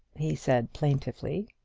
he said, plaintively.